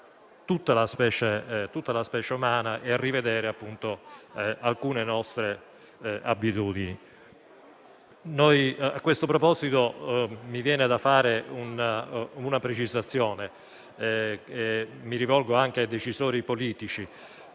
tutta la specie umana e rivedere alcune nostre abitudini. A questo proposito vorrei fare una precisazione e mi rivolgo anche ai decisori politici: